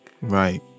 Right